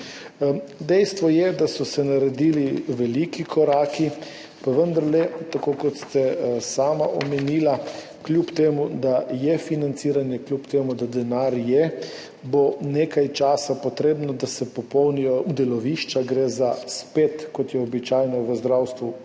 Dejstvo je, da so se naredili veliki koraki. Pa vendarle, tako kot ste sami omenili, kljub temu da je financiranje, kljub temu da je denar, bo nekaj časa potrebnega, da se popolnijo delovišča. Gre za spet, kot je običajno v zdravstvu,